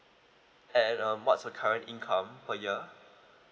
and um what's your current income per year